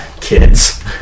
kids